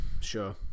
sure